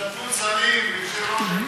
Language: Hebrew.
בהשתתפות שרים ויושב-ראש הכנסת.